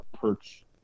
perch